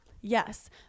Yes